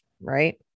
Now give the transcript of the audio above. right